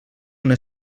una